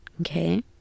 okay